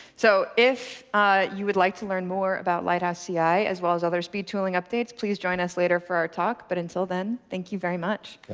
so if you would like to learn more about lighthouse ci as well as other speed tooling updates, please join us later for our talk. but until then, thank you very much.